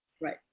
Right